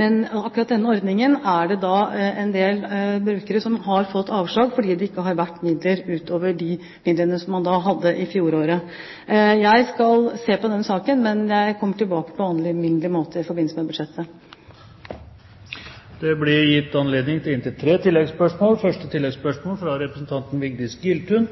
Men akkurat når det gjelder denne ordningen, er det en del brukere som har fått avslag fordi det ikke har vært midler utover de midlene man hadde i fjor. Jeg skal se på denne saken, og jeg kommer tilbake på alminnelig måte i forbindelse med budsjettet. Det blir gitt anledning til tre oppfølgingsspørsmål – først Vigdis Giltun.